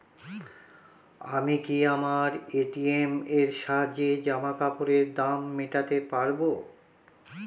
আমি কি আমার এ.টি.এম এর সাহায্যে জামাকাপরের দাম মেটাতে পারব?